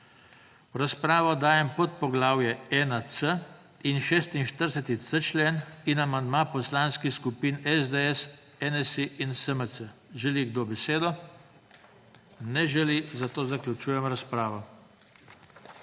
V razpravo dajem podpoglavje 1.c in 46.c člen ter amandma Poslanskih skupin SDS, NSi in SMC. Želi kdo besedo? (Ne želi.) Zaključujem razpravo.